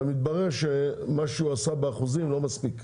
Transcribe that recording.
אבל מתברר שמה שהוא עשה באחוזים לא מספיק.